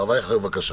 הרב אייכלר, בבקשה.